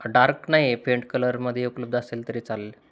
dark नाही faint कलरमध्ये उपलब्ध असेल तरी चालेल